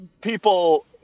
people